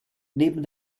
neben